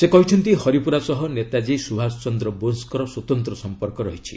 ସେ କହିଛନ୍ତି ହରିପୁରା ସହ ନେତାଜୀ ସୁଭାଷ ଚନ୍ଦ୍ର ବୋଷଙ୍କର ସ୍ୱତନ୍ତ୍ର ସମ୍ପର୍କ ରହିଛି